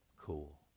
cool